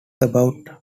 about